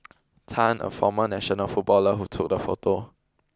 Tan a former national footballer who took the photo